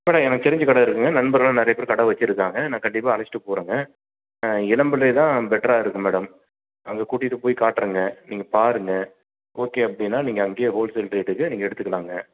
madam எனக்கு தெரிஞ்ச கடை இருக்குதுங்க நண்பர்கள் நிறைய பேர் கடை வச்சுருக்காங்க நான் கண்டிப்பாக அழைச்சுட்டு போகிறேங்க ஆ இளம்பிள்ளைதான் பெட்ராக இருக்கும் மேடம் அங்கே கூட்டிகிட்டு போய் காட்டுறேங்க நீங்கள் பாருங்க ஓகே அப்படின்னா நீங்கள் அங்கே ஹோல்சேல் ரேட்டுக்கு நீங்கள் எடுத்துக்கலாங்க